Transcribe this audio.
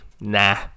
Nah